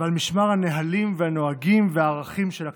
ועל משמר הנהלים והנהגים והערכים של הכנסת.